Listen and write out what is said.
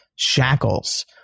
shackles